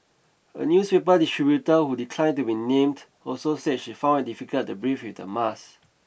a newspaper distributor who declined to be named also said she found it difficult to breathe with the mask